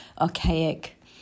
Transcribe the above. archaic